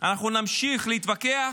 אנחנו נמשיך להתווכח,